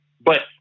but-